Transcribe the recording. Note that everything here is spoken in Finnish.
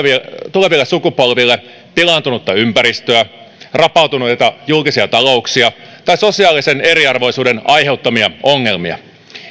tuleville sukupolville pilaantunutta ympäristöä rapautuneita julkisia talouksia tai sosiaalisen eriarvoisuuden aiheuttamia ongelmia